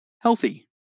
healthy